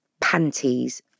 panties